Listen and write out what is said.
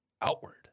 outward